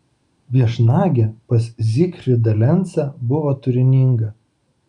viešnagė pas zygfrydą lencą buvo turininga